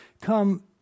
come